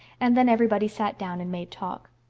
and then everybody sat down and made talk.